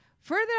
further